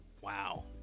Wow